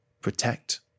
Protect